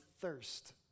thirst